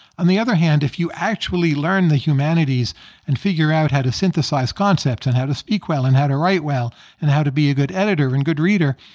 on the other hand, if you actually learn the humanities and figure out how to synthesize concepts and how to speak well and how to write well and how to be a good editor and good reader,